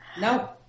No